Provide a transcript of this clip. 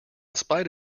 spite